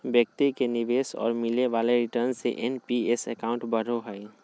व्यक्ति के निवेश और मिले वाले रिटर्न से एन.पी.एस अकाउंट बढ़ो हइ